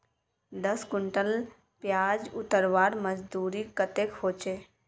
दस कुंटल प्याज उतरवार मजदूरी कतेक होचए?